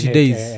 days